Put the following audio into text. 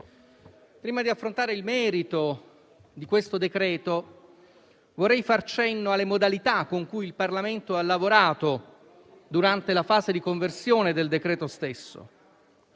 prima di affrontare il merito di questo decreto-legge, vorrei far cenno alle modalità con cui il Parlamento ha lavorato durante la fase di conversione del decreto stesso.